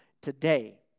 today